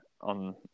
on